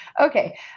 Okay